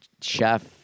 chef